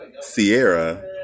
Sierra